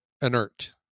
inert